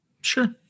Sure